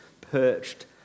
perched